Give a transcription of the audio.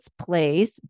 place